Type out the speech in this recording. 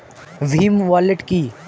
Bhim wallet কি?